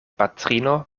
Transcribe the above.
patrino